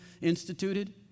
instituted